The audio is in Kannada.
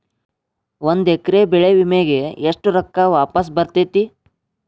ಒಂದು ಎಕರೆ ಬೆಳೆ ವಿಮೆಗೆ ಎಷ್ಟ ರೊಕ್ಕ ವಾಪಸ್ ಬರತೇತಿ?